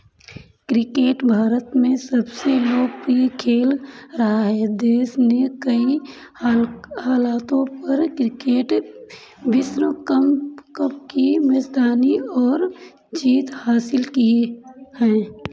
cricket Bharat में सबसे लोकप्रिय खेल रहा है देश ने कई हालातों पर क्रिकेट विश्व कंप कप की मेज़दानी और जीत हासिल की हैं